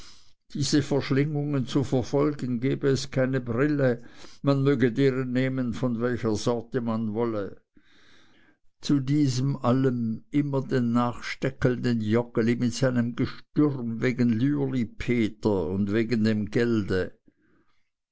diese verschlingungen zu verfolgen gebe es keine brille man möge deren nehmen von welcher sorte man wolle zu diesem allem immer den nachsteckelnden joggeli mit seinem gestürm wegen lürlipeter und wegen dem gelde